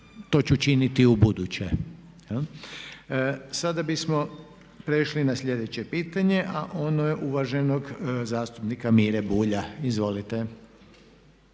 to ću činiti i ubuduće. Sada bismo prešli ne sljedeće pitanje a ono je uvaženog zastupnika Mire Bulja. Izvolite.